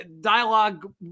Dialogue